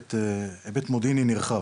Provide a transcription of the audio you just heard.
היבט מודיעי נרחב,